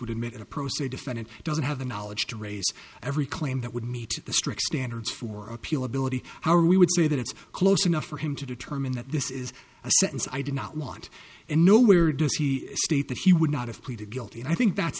would emit a pro se defendant doesn't have the knowledge to raise every claim that would meet the strict standards for appeal ability how are we would say that it's close enough for him to determine that this is a sentence i do not want and nowhere does he state that he would not have pleaded guilty and i think that's